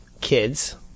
kids